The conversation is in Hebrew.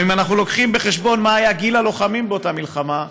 אם אנחנו מביאים בחשבון מה היה גיל הלוחמים באותה מלחמה,